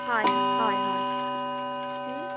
हय हय हय हं